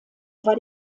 war